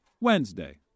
Wednesday